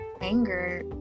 anger